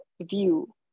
view